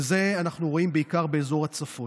ואת זה אנחנו רואים בעיקר באזור הצפון.